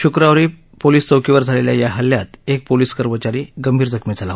शुक्रवारी पोलीस चौकीवर झालेल्या या हल्ल्यात एक पोलीस कर्मचारी गंभीर जखमी झाला